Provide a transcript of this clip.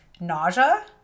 nausea